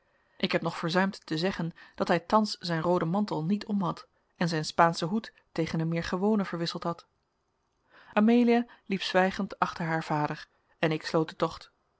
ik heb nog verzuimd te zeggen dat hij thans zijn rooden mantel niet omhad en zijn spaanschen hoed tegen een meer gewonen verwisseld had amelia liep zwijgend achter haar vader en ik sloot den tocht